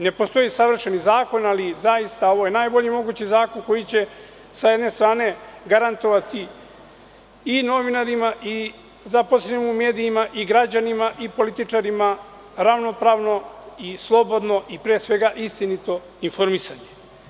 Ne postoji savršen zakon, ali zaista je ovo najbolji mogući zakon, koji će s jedne strane garantovati i novinarima i zaposlenima u medijima i građanima i političarima ravnopravno, slobodno i pre svega istinito informisanje.